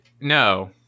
no